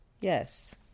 Yes